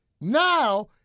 Now